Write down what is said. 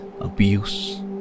abuse